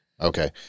Okay